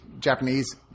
Japanese